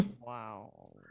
Wow